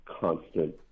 constant